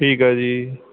ਠੀਕ ਹੈ ਜੀ